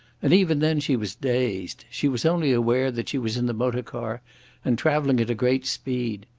and even then she was dazed. she was only aware that she was in the motor-car and travelling at a great speed.